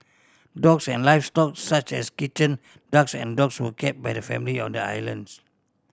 dogs and livestock such as kitchen ducks and dogs were kept by the family on the islands